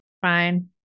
Fine